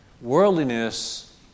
Worldliness